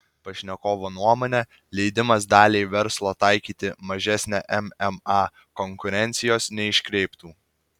pašnekovo nuomone leidimas daliai verslo taikyti mažesnę mma konkurencijos neiškreiptų